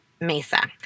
Mesa